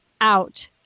Out